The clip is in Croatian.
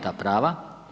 ta prava.